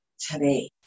today